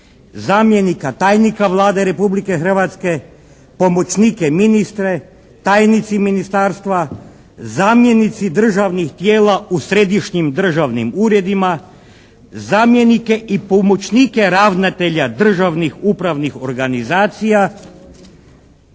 zamjenika tajnika Vlade Republike Hrvatske, pomoćnike, ministre, tajnici ministarstva, zamjenici državnih tijela u središnjim državnim uredima, zamjenike i pomoćnike ravnatelja državnih upravnih organizacija,